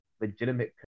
legitimate